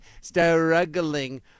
struggling